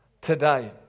today